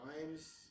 times